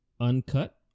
Uncut